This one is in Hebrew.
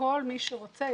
וכל מי שרוצה,